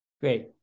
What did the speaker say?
great